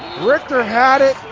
richter had it,